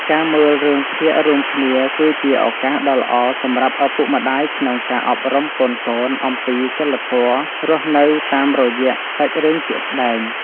ការមើលរឿងភាគរួមគ្នាគឺជាឱកាសដ៏ល្អសម្រាប់ឪពុកម្ដាយក្នុងការអប់រំកូនៗអំពីសីលធម៌រស់នៅតាមរយៈសាច់រឿងជាក់ស្ដែង។